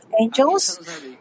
angels